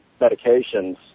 medications